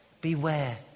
Beware